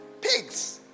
Pigs